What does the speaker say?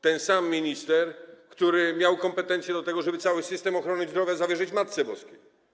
Ten sam minister, który miał kompetencje do tego, żeby cały system ochrony zdrowia zawierzyć Matce Boskiej.